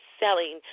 selling